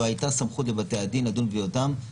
הייתה סמכות לבתי הדין לדון בתביעותיהן לגירושין".